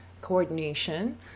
coordination